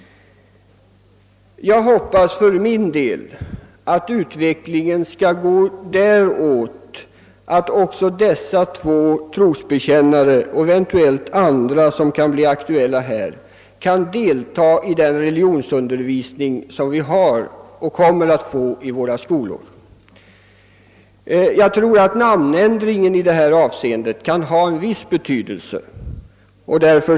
Jag hoppas för min del att utvecklingen skall gå i den riktningen, att ock Så trosbekännare av dessa båda kategorier och eventuellt andra, för vilka det kan bli aktuellt, kan delta i den reli Sionsundervisning som vi f. n. har och Som vi i fortsättningen kommer att behålla i våra skolor. Jag tror att namnändringen kan ha en viss betydelse i detta avseende.